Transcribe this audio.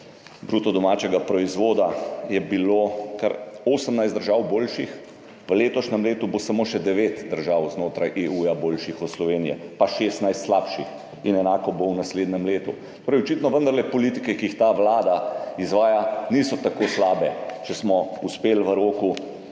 bruto domačega proizvoda, kar 18 držav boljših, v letošnjem letu bo samo še devet držav znotraj EU boljših od Slovenije pa 16 slabših, in enako bo v naslednjem letu. Torej očitno vendar politike, ki jih ta vlada izvaja, niso tako slabe, če smo uspeli v roku